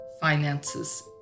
finances